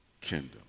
kingdom